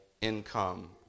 income